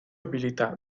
abilità